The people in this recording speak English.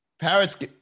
parrots